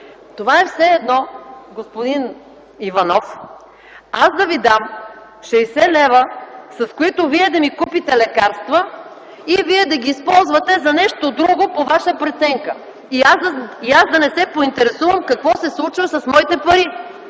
Това е все едно, господин Иванов, аз да Ви дам 60 лв., с които да ми купите лекарства и Вие да ги използвате за нещо друго по Ваша преценка. И аз да не се поинтересувам какво се случва с моите пари!?